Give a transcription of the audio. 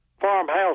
Farmhouse